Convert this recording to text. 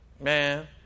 Man